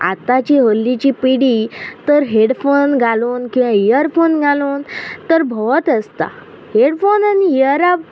आतांची हल्लीची पिडी तर हेडफोन घालून किंवां इयरफोन घालून तर भोंवत आसता हेडफोन आनी इयरा